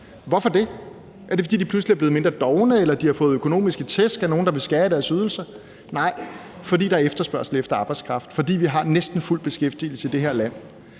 Hvorfor det? Er det, fordi de pludselig er blevet mindre dovne, eller fordi de har fået økonomiske tæsk af nogen, der vil skære i deres ydelser? Nej, men fordi der er efterspørgsel efter arbejdskraft, og fordi vi har næsten fuld beskæftigelse i det her land.